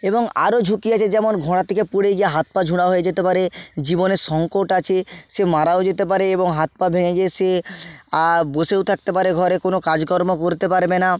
এবং আরও ঝুঁকি আছে যেমন ঘোড়া থেকে পড়ে গিয়ে হাত পা খোড়া হয়ে যেতে পারে জীবনের সঙ্কট আছে সে মারাও যেতে পারে এবং হাত পা ভেঙে গিয়ে সে বসেও থাকতে পারে ঘরে কোনো কাজকর্ম করতে পারবে না